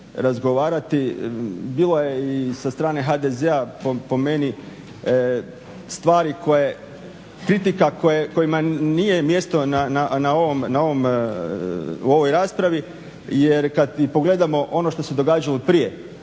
razgovarati, bilo je i sa strane HDZ-a po meni stvari koje, kritika kojima nije mjesto na ovom, u ovoj raspravi jer kad i pogledamo ono što se događalo prije,